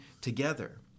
together